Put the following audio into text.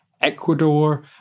Ecuador